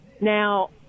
Now